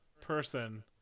person